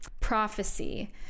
prophecy